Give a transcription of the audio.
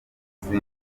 baguzi